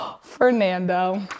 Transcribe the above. Fernando